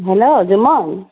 hello Jumon